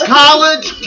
college